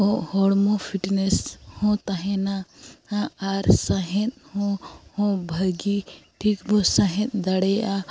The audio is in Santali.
ᱦᱚ ᱦᱚᱲᱢᱚ ᱯᱷᱤᱴᱱᱮᱥ ᱦᱚᱸ ᱛᱟᱦᱮᱱᱟ ᱦᱮᱸ ᱟᱨ ᱥᱟᱸᱦᱮᱫ ᱦᱚᱸ ᱦᱚᱸ ᱵᱷᱟᱹᱜᱤ ᱴᱷᱤᱠ ᱵᱚ ᱥᱟᱸᱦᱮᱫ ᱫᱟᱲᱮᱭᱟᱜᱼᱟ